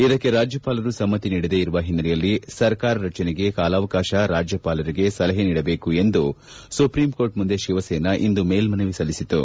ಇದಕ್ಕೆ ರಾಜ್ಯಪಾಲರು ಸಮ್ಮತಿ ನೀಡದೆ ಇರುವ ಹಿನ್ನೆಲೆಯಲ್ಲಿ ಸರ್ಕಾರ ರಚನೆಗೆ ಕಾಲಾವಕಾಶಕ್ಕೆ ರಾಜ್ಯಪಾಲರಿಗೆ ಸಲಹೆ ನೀಡಬೇಕು ಎಂದು ಸುಪ್ರೀಂ ಕೋರ್ಟ್ ಮುಂದೆ ಶಿವಸೇನಾ ಇಂದು ಮೇಲ್ನನವಿ ಸಲ್ಲಿಸಿತು